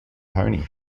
pony